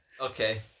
Okay